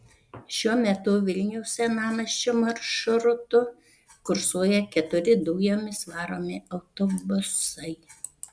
šiuo metu vilniaus senamiesčio maršrutu kursuoja keturi dujomis varomi autobusai